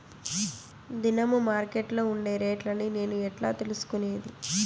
దినము మార్కెట్లో ఉండే రేట్లని నేను ఎట్లా తెలుసుకునేది?